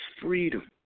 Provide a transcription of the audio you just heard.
freedom